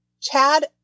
Chad